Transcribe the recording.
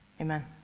amen